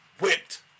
whipped